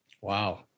Wow